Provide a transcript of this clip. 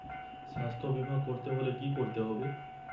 স্বাস্থ্যবীমা করতে হলে কি করতে হবে?